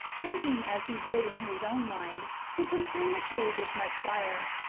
thinking, as he did in his own mind, to consume the cave with much fire.